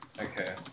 Okay